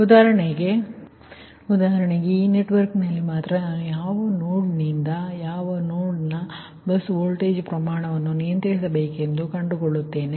ಉದಾಹರಣೆಗೆ ನಾನು ಆಹ್ವಾನ ಮಾಡಬಹುದು ನಾನು ಈ ನೆಟ್ವರ್ಕ್ನಲ್ಲಿ ಮಾತ್ರ ನಾನು ಯಾವ ನೋಡ್ನಿಂದ ಯಾವ ನೋಡ್'ನ್ ಬಸ್ ವೋಲ್ಟೇಜ್ ಪ್ರಮಾಣವನ್ನು ನಿಯಂತ್ರಿಸಬೇಕೆಂದು ನಾನು ಕಂಡುಕೊಳ್ಳುತ್ತೇನೆ